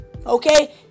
Okay